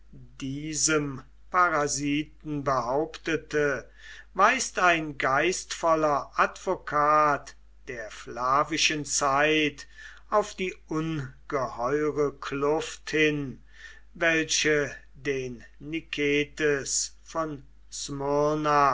diesem parasiten behauptete weist ein geistvoller advokat der flavischen zeit auf die ungeheure kluft hin welche den niketes von